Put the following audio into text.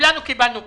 כולנו קיבלנו פניות,